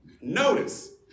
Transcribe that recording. notice